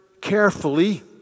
carefully